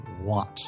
want